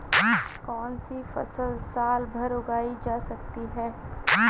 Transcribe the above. कौनसी फसल साल भर उगाई जा सकती है?